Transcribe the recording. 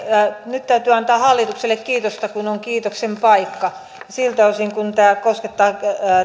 nyt täytyy antaa hallitukselle kiitosta kun on kiitoksen paikka siltä osin kuin tämä koskettaa